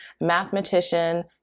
mathematician